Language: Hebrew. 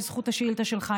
בזכות השאילתה שלך,